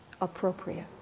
appropriate